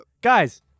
Guys